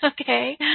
okay